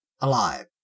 alive